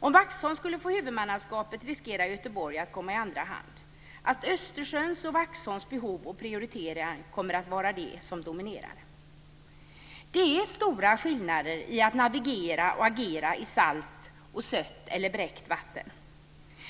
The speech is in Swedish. Om Vaxholm skulle få huvudmannaskapet riskerar Göteborg att komma i andra hand. Östersjöns och Vaxholms behov och prioriteringar kan komma att vara det som dominerar. Det är stora skillnader mellan att navigera och agera i salt och sött eller bräckt vatten.